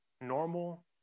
normal